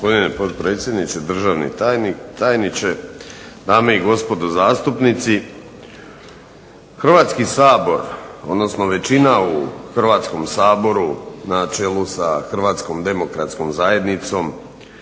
Hrvatski sabor odnosno većina u Hrvatskom saboru na čelu sa HDZ-om donosi niz